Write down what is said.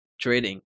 trading